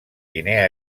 guinea